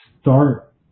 start